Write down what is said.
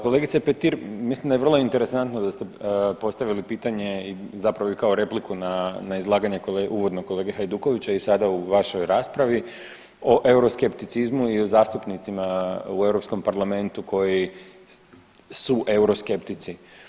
Kolegice Petir mislim da je vrlo interesantno da ste postavili pitanje zapravo i kao repliku na izlaganje uvodno kolege Hajdukovića i sada u vašoj raspravi o euroskepticizmu i o zastupnicima u Europskom parlamentu koji su euroskeptici.